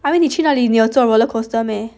I mean 你去哪里你要坐 roller coaster meh